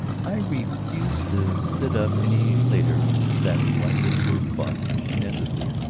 i refuse to sit up any later a saddle-blanket for bunk, and then to sleep.